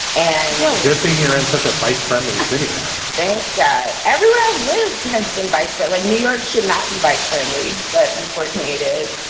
and the only good thing you're in such a bike-friendly city yeah thank god everyone live has been bikeway like new york should not be bike-friendly, but unfortunately it is.